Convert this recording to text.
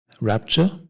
rapture